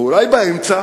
אבל אולי באמצע,